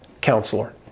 Counselor